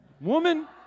woman